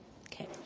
Okay